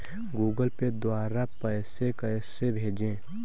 Google Pay द्वारा पैसे कैसे भेजें?